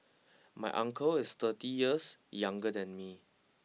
my uncle is thirty years younger than me